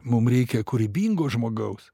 mum reikia kūrybingo žmogaus